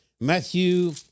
Matthew